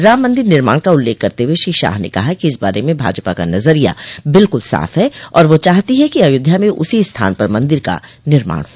राम मंदिर निर्माण का उल्लेख करते हुए श्री शाह ने कहा कि इस बारे में भाजपा का नजरिया बिल्कुल साफ है और वह चाहती है कि अयोध्या में उसी स्थान पर मंदिर का निर्माण हो